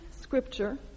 Scripture